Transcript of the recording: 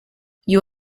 you